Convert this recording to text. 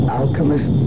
alchemist